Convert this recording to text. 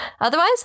Otherwise